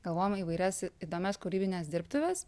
galvojom įvairias įdomias kūrybines dirbtuves